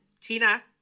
Tina